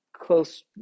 close